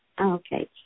Okay